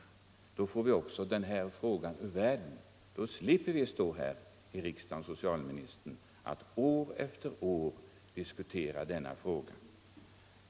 I så fall skulle vi få den här frågan ur världen och slippa, herr socialminister, stå här i riksdagen år efter år och diskutera den.